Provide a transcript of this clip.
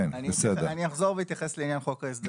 רגע, אני רוצה להתייחס גם לעניין של חוק ההסדרים.